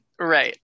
Right